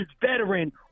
veteran